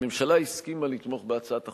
הממשלה הסכימה לתמוך בהצעת החוק,